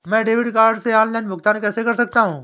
मैं debit card से online भुगतान कैसे कर सकता हूँ?